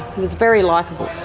was very likeable.